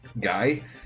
guy